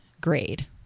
grade